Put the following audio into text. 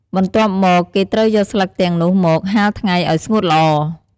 បន្ទាប់មក គេត្រូវយកស្លឹកទាំងនោះមក ហាលថ្ងៃ ឲ្យស្ងួតល្អ។